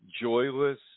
Joyless